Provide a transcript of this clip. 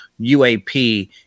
UAP